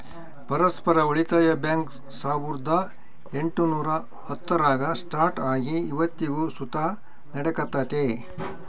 ಪರಸ್ಪರ ಉಳಿತಾಯ ಬ್ಯಾಂಕ್ ಸಾವುರ್ದ ಎಂಟುನೂರ ಹತ್ತರಾಗ ಸ್ಟಾರ್ಟ್ ಆಗಿ ಇವತ್ತಿಗೂ ಸುತ ನಡೆಕತ್ತೆತೆ